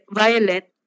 violet